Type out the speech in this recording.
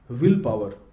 willpower